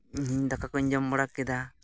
ᱤᱧ ᱦᱚᱸ ᱫᱟᱠᱟ ᱠᱚᱧ ᱡᱚᱢ ᱵᱟᱲᱟ ᱠᱮᱫᱟ